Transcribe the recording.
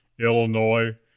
Illinois